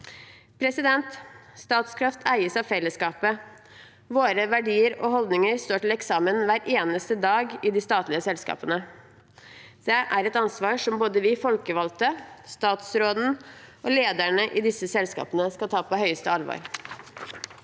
urfolk. Statkraft eies av fellesskapet. Våre verdier og holdninger står til eksamen hver eneste dag i de statlige selskapene. Det er et ansvar som både vi folkevalgte, statsråden og lederne i disse selskapene skal ta på høyeste alvor.